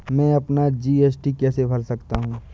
मैं अपना जी.एस.टी कैसे भर सकता हूँ?